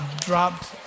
dropped